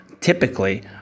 typically